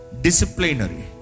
Disciplinary